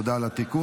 תודה על התיקון.